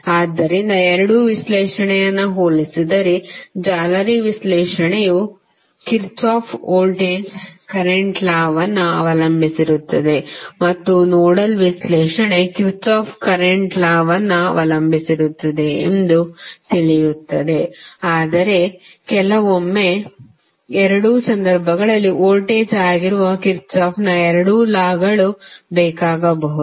ಆದ್ದರಿಂದಎರಡೂ ವಿಶ್ಲೇಷಣೆಯನ್ನು ಹೋಲಿಸಿದರೆ ಜಾಲರಿ ವಿಶ್ಲೇಷಣೆಯು ಕಿರ್ಚಾಫ್ ವೋಲ್ಟೇಜ್ ಕರೆಂಟ್ ಲಾವನ್ನು ಅವಲಂಬಿಸಿರುತ್ತದೆ ಮತ್ತು ನೋಡಲ್ ವಿಶ್ಲೇಷಣೆ ಕಿರ್ಚಾಫ್ ಕರೆಂಟ್ ಲಾವನ್ನು ಅವಲಂಬಿಸಿರುತ್ತದೆ ಎಂದು ತಿಳಿಯುತ್ತದೆ ಆದರೆ ಕೆಲವೊಮ್ಮೆ ಎರಡೂ ಸಂದರ್ಭಗಳಲ್ಲಿ ವೋಲ್ಟೇಜ್ ಆಗಿರುವ ಕಿರ್ಚಾಫ್ನ ಎರಡೂ ಲಾಗಳು ಬೇಕಾಗಬಹುದು